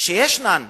שישנן